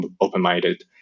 open-minded